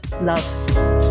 love